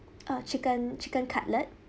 uh chicken chicken cutlet